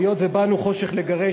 היות שבאנו חושך לגרש,